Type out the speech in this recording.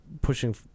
pushing